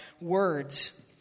words